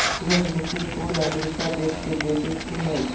सूरजमुखी फूल अमरीका देश के देशज फूल हइ